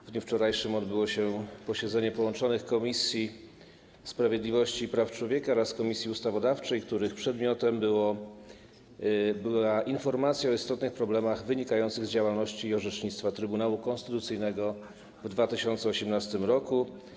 W dniu wczorajszym odbyło się posiedzenie połączonych komisji: Komisji Sprawiedliwości i Praw Człowieka oraz Komisji Ustawodawczej, którego przedmiotem była informacja o istotnych problemach wynikających z działalności i orzecznictwa Trybunału Konstytucyjnego w 2018 r.